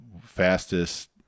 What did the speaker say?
fastest